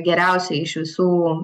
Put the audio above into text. geriausiai iš visų